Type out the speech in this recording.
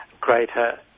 greater